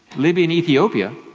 libya and ethiopia,